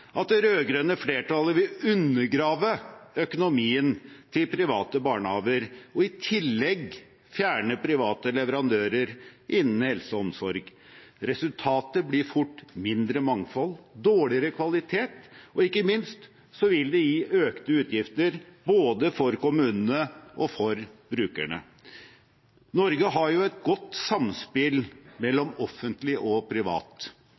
at det rød-grønne flertallet vil undergrave økonomien til private barnehager og i tillegg fjerne private leverandører innen helse og omsorg. Resultatet blir fort mindre mangfold og dårligere kvalitet, og ikke minst vil det gi økte utgifter både for kommunene og for brukerne. Norge har et godt samspill mellom offentlig og privat,